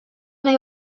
nahi